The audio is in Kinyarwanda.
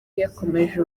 yakomeje